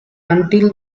until